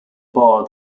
bar